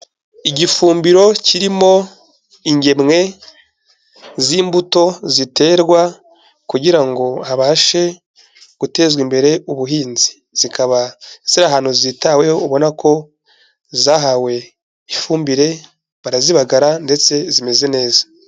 Igifumbiro kirimo ingemwe z'imbuto ziterwa kugira ngo habashe gutezwa imbere ubuhinzi, zikaba ziri ahantu zitaweho ubona ko zahawe ifumbire, barazibagara ndetse zimeze neza.